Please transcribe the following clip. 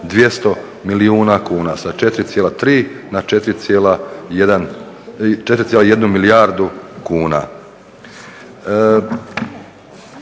200 milijuna kuna sa 4,3 na 4,1 milijardu kuna.